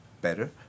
better